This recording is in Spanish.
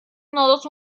nodos